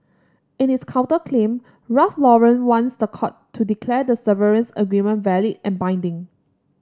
in its counterclaim Ralph Lauren wants the court to declare the severance agreement valid and binding